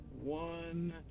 one